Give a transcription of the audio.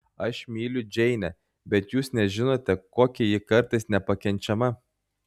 aš myliu džeinę bet jūs nežinote kokia ji kartais nepakenčiama